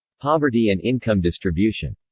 poverty and income distribution